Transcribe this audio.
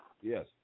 Yes